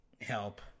help